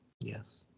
Yes